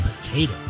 potato